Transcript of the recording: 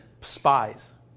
spies